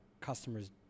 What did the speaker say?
customers